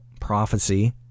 prophecy